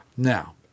Now